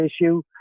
issue